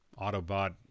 Autobot